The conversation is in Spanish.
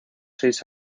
seis